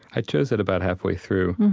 i chose it about halfway through.